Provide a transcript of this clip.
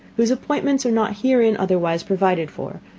whose appointments are not herein otherwise provided for,